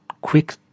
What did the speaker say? quick